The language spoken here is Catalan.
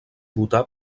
votar